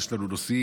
יש לנו נושאים,